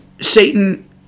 satan